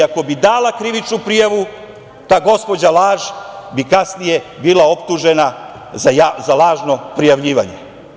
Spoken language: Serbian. Ako bi dala krivičnu prijavu, ta gospođa laž bi kasnije bila optužena za lažno prijavljivanje.